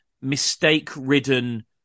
mistake-ridden